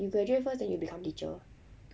you graduate first then you become teacher